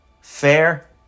fair